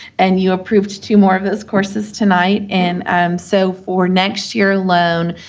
and you approved two more of those courses tonight, and um so, for next year alone,